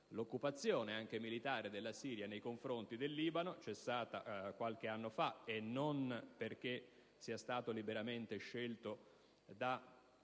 l'occupazione, anche militare, della Siria nei confronti del Libano, cessata qualche anno fa, e non perché sia stato liberamente scelto da